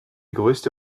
größte